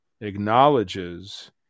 acknowledges